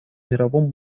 мировом